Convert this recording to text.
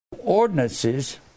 ordinances